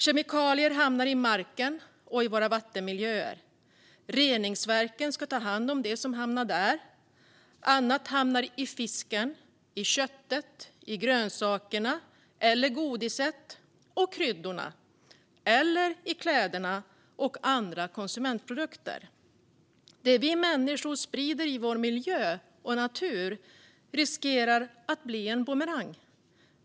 Kemikalier hamnar i marken och i våra vattenmiljöer. Reningsverken ska ta hand om det som hamnar där. Annat hamnar i fisken, köttet och grönsakerna eller i godiset och kryddorna. Åter annat hamnar i kläderna och andra konsumentprodukter. Det vi människor sprider i vår miljö och natur riskerar att bli en bumerang.